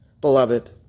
beloved